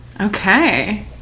okay